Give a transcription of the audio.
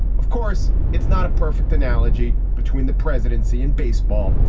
of course, it's not a perfect analogy between the presidency and baseball,